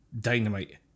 dynamite